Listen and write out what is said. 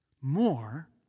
more